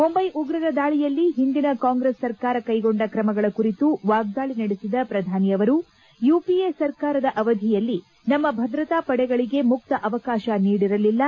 ಮುಂಬೈ ಉಗ್ರರ ದಾಳಿಯಲ್ಲಿ ಹಿಂದಿನ ಕಾಂಗ್ರೆಸ್ ಸರ್ಕಾರ ಕೈಗೊಂಡ ಕ್ರಮಗಳ ಕುರಿತು ವಾಗ್ದಾಳಿ ನಡೆಸಿದ ಪ್ರಧಾನಿ ಅವರು ಯುಪಿಎ ಸರ್ಕಾರದ ಅವಧಿಯಲ್ಲಿ ನಮ್ಮ ಭದ್ರತಾ ಪಡೆಗಳಿಗೆ ಮುಕ್ತ ಅವಕಾಶ ನೀಡಿರಲಿಲ್ಲ